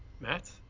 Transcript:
Matt